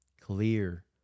clear